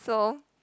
so